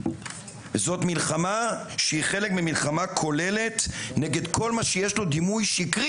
זאת מלחמה שהיא חלק ממלחמה כוללת נגד כל מה שיש לו דימוי שקרי,